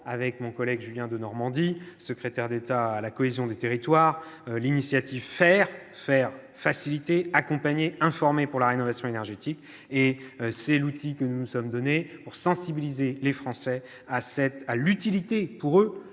avec mon collègue Julien Denormandie, secrétaire d'État à la cohésion des territoires, la campagne « Faire », pour « faciliter, accompagner, informer pour la rénovation énergétique ». C'est l'outil que nous nous sommes donné pour sensibiliser les Français à l'utilité pour eux